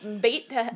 beat